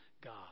God